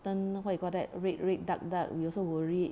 turn what you call that red red dark dark we also worried